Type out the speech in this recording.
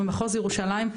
ממחוז ירושלים,